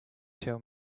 tell